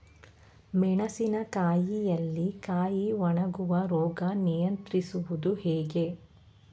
ಮೆಣಸಿನ ಕಾಯಿಯಲ್ಲಿ ಕಾಯಿ ಒಣಗುವ ರೋಗ ನಿಯಂತ್ರಿಸುವುದು ಹೇಗೆ?